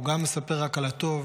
הוא גם מספר רק על הטוב